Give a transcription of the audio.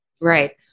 Right